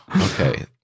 Okay